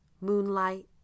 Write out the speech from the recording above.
moonlight